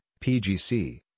PGC